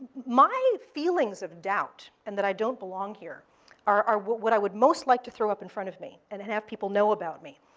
my feelings of doubt, and that i don't belong here are what i would most like to throw up in front of me, and then have people know about me.